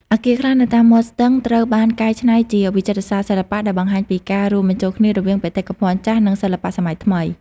អគារខ្លះនៅតាមមាត់ស្ទឹងត្រូវបានកែច្នៃជាវិចិត្រសាលសិល្បៈ ដែលបង្ហាញពីការរួមបញ្ចូលគ្នារវាងបេតិកភណ្ឌចាស់ និងសិល្បៈសម័យថ្មី។